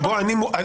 המשפט.